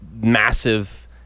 massive